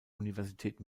universität